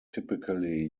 typically